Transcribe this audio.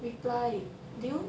reply do you